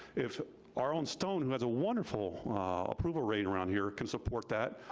if our own stone who has a wonderful approval rate around here can support that,